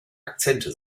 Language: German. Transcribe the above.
akzente